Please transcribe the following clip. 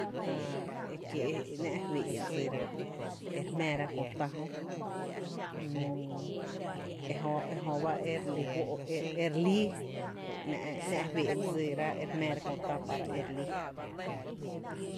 Jää e náá’ fee´dsira e re jmⱥⱥra kö tá jó ejö, ejöba e re lí fó’ e e re lí ru’ nⱥ’ fee’ ba dsira e re jmⱥra kö tá para e re líi.